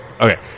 Okay